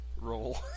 Roll